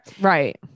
right